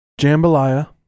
Jambalaya